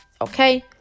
Okay